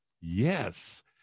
Yes